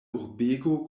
urbego